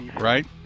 Right